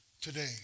Today